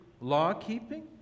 law-keeping